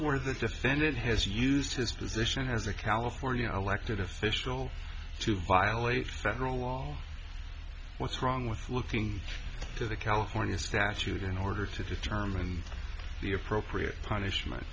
where the defendant has used his position as a california elected official to violate federal law what's wrong with looking to the california statute in order to determine the appropriate punishment